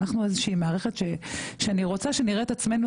אנחנו איזושהי מערכת שאני רוצה שנראה את עצמנו